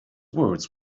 words